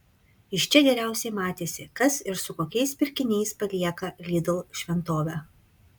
iš čia geriausiai matėsi kas ir su kokiais pirkiniais palieka lidl šventovę